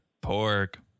pork